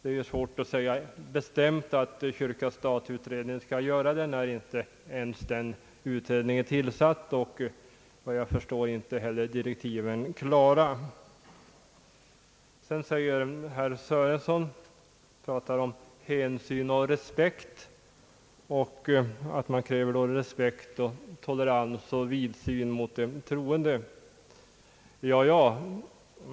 Det är svårt att säga bestämt att kyrka—stat-utredningen skall göra det, när inte ens den utredningen är tillsatt och efter vad jag förstår inte heller direktiven är klara. Herr Sörenson talar om hänsyn och respekt, och han kräver respekt, tolerans och vidsyn mot de troende.